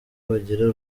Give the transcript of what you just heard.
bagira